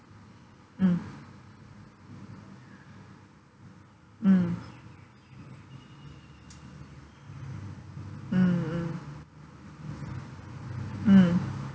mm mm mm mm mm